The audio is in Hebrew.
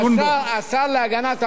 שהשר להגנת העורף